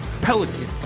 Pelican